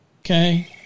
Okay